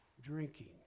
drinking